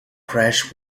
crash